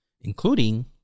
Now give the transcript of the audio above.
including